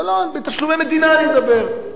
אבל לא, בתשלומי מדינה אני מדבר.